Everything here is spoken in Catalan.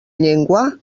llengua